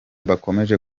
bakomeje